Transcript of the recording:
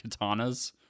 katanas